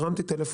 התקשרתי,